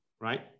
right